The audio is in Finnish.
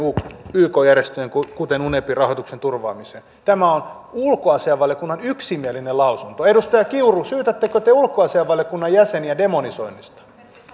yk järjestöjen kuten kuten unepin rahoituksen turvaamiseen tämä on ulkoasiainvaliokunnan yksimielinen lausunto edustaja kiuru syytättekö te ulkoasiainvaliokunnan jäseniä demonisoinnista